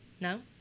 No